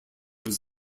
was